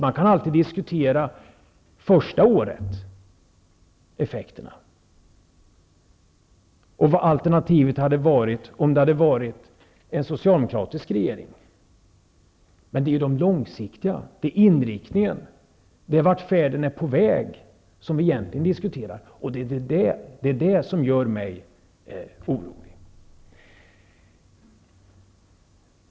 Man kan alltid diskutera effekterna det första året och vad alternativet hade varit, om vi hade haft en socialdemokratisk regering, men det är den långsiktiga inriktningen, vart färden går, som vi egentligen diskuterar, och det är det som gör mig orolig.